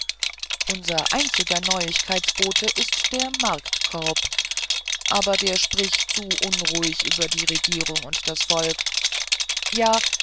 unser einziger neuigkeitsbote ist der marktkorb aber der spricht zu unruhig über die regierung und das volk ja